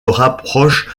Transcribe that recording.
rapproche